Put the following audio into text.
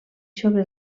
sobre